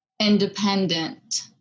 independent